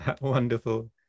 wonderful